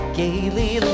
gaily